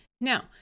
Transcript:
Now